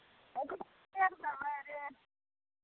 अथि की रेट देबै रेट